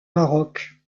maroc